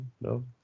no